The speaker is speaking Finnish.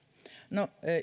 no